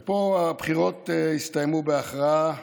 ופה הבחירות הסתיימו בהכרעה,